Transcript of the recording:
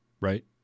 Right